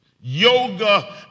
yoga